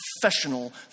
professional